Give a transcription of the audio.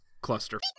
cluster